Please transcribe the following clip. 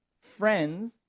friends